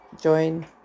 join